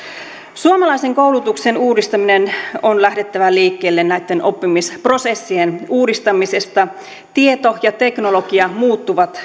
suomalaisen koulutuksen uudistamisen on lähdettävä liikkeelle näitten oppimisprosessien uudistamisesta tieto ja teknologia muuttuvat